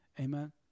Amen